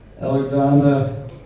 Alexander